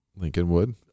Lincolnwood